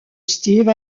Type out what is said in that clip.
steve